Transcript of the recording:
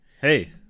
Hey